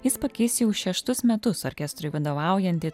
jis pakeis jau šeštus metus orkestrui vadovaujantį